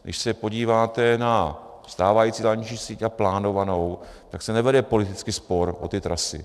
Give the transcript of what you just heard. Když se podíváte stávající dálniční síť a plánovanou, tak se nevede politický spor o ty trasy.